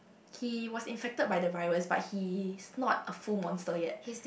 he was infected by the virus but he is not a full monster yet